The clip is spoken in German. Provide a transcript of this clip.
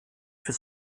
für